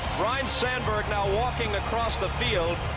ryne sandberg now walking across the field.